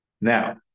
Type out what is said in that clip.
Now